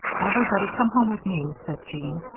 everybody come home with me, said jean.